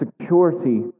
security